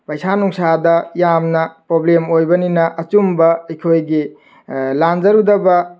ꯄꯩꯁꯥ ꯅꯨꯡꯁꯥꯗ ꯌꯥꯝꯅ ꯄ꯭ꯔꯣꯕ꯭ꯂꯦꯝ ꯑꯣꯏꯕꯅꯤꯅ ꯑꯆꯨꯝꯕ ꯑꯩꯈꯣꯏꯒꯤ ꯂꯥꯟꯖꯔꯨꯗꯕ